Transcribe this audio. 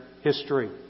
history